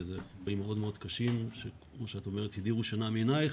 שאלה דברים מאוד קשים שכמו שאת אומרת הדירו שינה מעינייך,